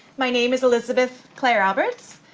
my names is elizabeth claire alberts,